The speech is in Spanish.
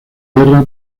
guerra